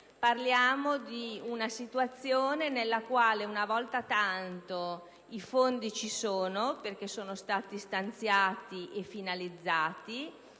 infatti, di una situazione nella quale, una volta tanto, i fondi ci sono, perché sono stati stanziati e finalizzati,